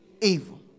evil